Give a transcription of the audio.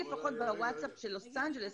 בקבוצה של ווטסאפ של לוס אנג'לס,